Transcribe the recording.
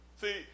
See